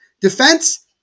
Defense